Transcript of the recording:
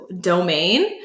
domain